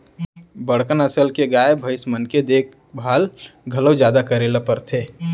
बड़का नसल के गाय, भईंस मन के देखभाल घलौ जादा करे ल परथे